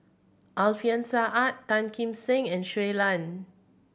Alfian Sa'at Tan Kim Seng and Shui Lan